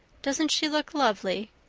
doesn't she look lovely?